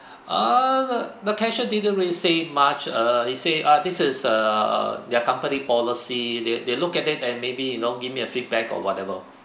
err the cashier didn't really say much uh he say ah this is err their company policy they they look at it and maybe you know give me a feedback or whatever